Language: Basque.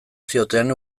zioten